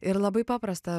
ir labai paprasta